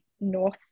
North